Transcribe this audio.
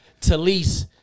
Talise